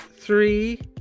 three